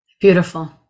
Beautiful